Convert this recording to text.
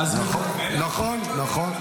נכון, נכון.